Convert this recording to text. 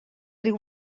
riu